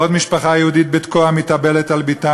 עוד משפחה יהודית בתקוע מתאבלת על בתה